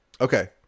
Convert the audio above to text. Okay